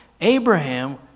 Abraham